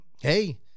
hey